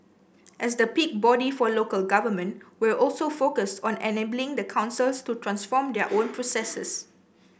as the peak body for local government we're also focused on enabling the councils to transform their own processes